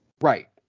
Right